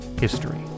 History